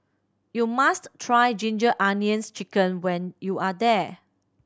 you must try Ginger Onions Chicken when you are here